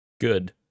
Good